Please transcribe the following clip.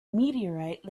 meteorite